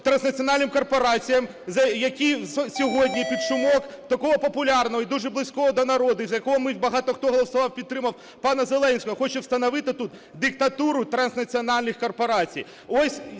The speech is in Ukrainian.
транснаціональним корпораціям, які сьогодні під шумок такого популярного і дуже близького до народу, і за якого ми багато хто голосував, підтримав, пана Зеленського, хоче встановити тут диктатуру транснаціональних корпорацій.